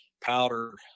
Powder